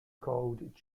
called